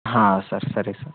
ಹಾಂ ಸರ್ ಸರಿ ಸರ್